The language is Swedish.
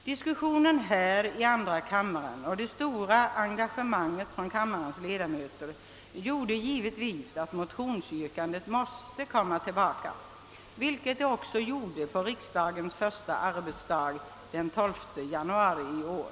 Diskussionen här i andra kammaren och det stora engagemanget från kammarledamöternas sida fick givetvis den följden att motionsyrkandet kom tillbaka, vilket det gjorde på riksdagens första dag, den 12 januari i år.